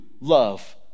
love